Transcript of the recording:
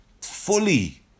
fully